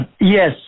yes